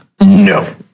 No